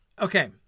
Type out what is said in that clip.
Okay